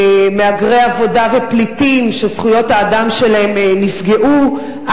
למהגרי עבודה ופליטים שזכויות האדם שלהם נפגעו,